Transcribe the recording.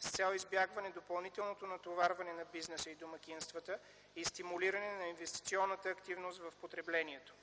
с цел избягване допълнителното натоварване на бизнеса и домакинствата, и стимулиране на инвестиционната активност в потреблението.